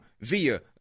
via